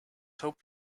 hope